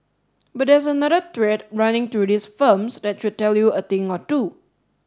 but there's another thread running through these firms that should tell you a thing or two